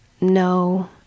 No